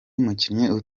mukinnyi